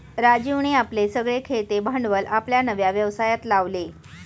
राजीवने आपले सगळे खेळते भांडवल आपल्या नव्या व्यवसायात लावले